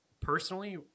personally